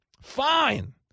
Fine